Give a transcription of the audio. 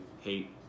hate